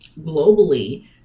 globally